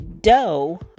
dough